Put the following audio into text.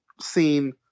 seen